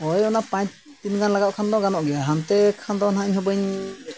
ᱦᱳᱭ ᱚᱱᱟ ᱯᱟᱸᱪ ᱫᱤᱱ ᱜᱟᱱ ᱞᱟᱜᱟᱜ ᱠᱷᱟᱱ ᱫᱚ ᱜᱟᱱᱚᱜ ᱜᱮᱭᱟ ᱦᱟᱱᱛᱮ ᱠᱷᱟᱱ ᱫᱚ ᱦᱟᱸᱜ ᱤᱧᱦᱚᱸ ᱵᱟᱹᱧ